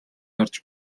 харж